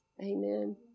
Amen